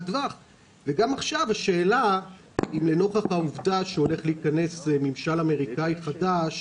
טווח וגם עכשיו השאלה אם לנוכח העובדה שהולך להיכנס ממשל אמריקאי חדש